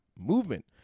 movement